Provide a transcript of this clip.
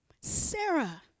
Sarah